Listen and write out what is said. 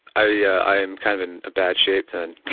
ah yeah i am kind of in ah bad shape then